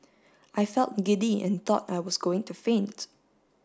I felt giddy and thought I was going to faint